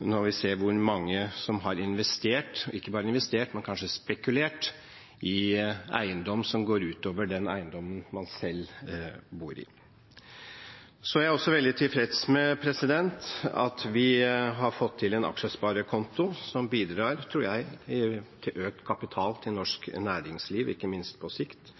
når vi ser hvor mange som har investert – og ikke bare investert, men kanskje spekulert – i eiendom som går utover den eiendommen man selv bor i. Jeg er også veldig tilfreds med at vi har fått til en aksjesparekonto, som jeg tror bidrar til økt kapital til norsk næringsliv på sikt,